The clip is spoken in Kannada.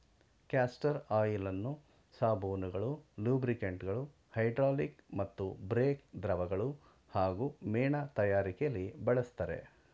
ಕ್ಯಾಸ್ಟರ್ ಆಯಿಲನ್ನು ಸಾಬೂನುಗಳು ಲೂಬ್ರಿಕಂಟ್ಗಳು ಹೈಡ್ರಾಲಿಕ್ ಮತ್ತು ಬ್ರೇಕ್ ದ್ರವಗಳು ಹಾಗೂ ಮೇಣ ತಯಾರಿಕೆಲಿ ಬಳಸ್ತರೆ